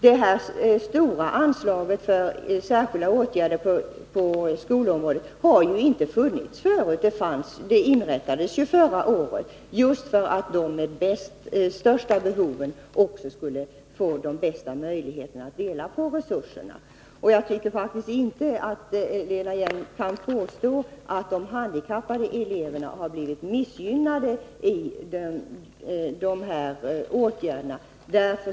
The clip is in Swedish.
Det här stora anslaget för särskilda åtgärder på skolområdet har ju inte funnits tidigare. Det inrättades förra året just för att de med de största behoven skulle få de bästa möjligheterna att få del av resurserna. Jag tycker faktiskt inte att Lena Hjelm-Wallén med fog kan påstå att de handikappade eleverna har blivit missgynnade.